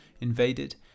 invaded